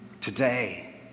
today